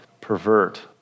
pervert